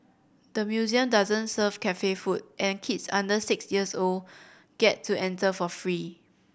the museum doesn't serve cafe food and kids under six years old get to enter for free